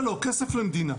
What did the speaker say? זה לא כסף למדינה.